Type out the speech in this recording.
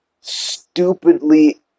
stupidly